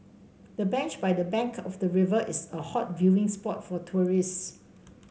the bench by the bank of the river is a hot viewing spot for tourists